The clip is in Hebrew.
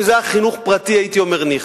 אם זה היה חינוך פרטי, הייתי אומר, ניחא.